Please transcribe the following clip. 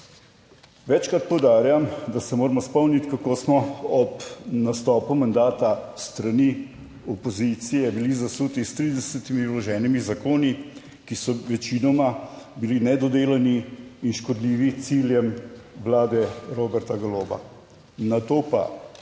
Večkrat poudarjam, da se moramo spomniti, kako smo ob nastopu mandata s strani opozicije bili zasuti s 30 vloženimi zakoni, ki so večinoma bili nedodelani in škodljivi ciljem Vlade Roberta Goloba.